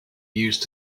used